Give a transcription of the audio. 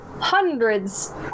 hundreds